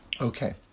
Okay